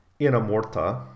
Inamorta